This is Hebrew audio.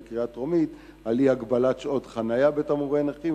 על אי-הגבלת שעות חנייה לנכים,